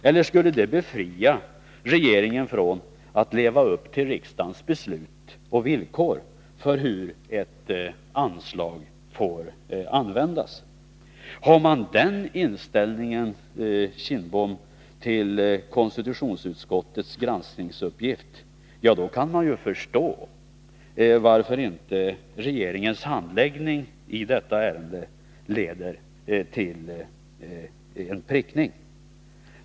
Eller skulle det befria regeringen från att leva upp till riksdagens beslut och villkor för hur ett anslag får användas? Har man den inställningen, Bengt Kindbom, till konstitutionsutskottets granskningsuppgift, då är det förståeligt varför inte regeringens handläggning av detta ärende leder till någon prickning.